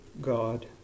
God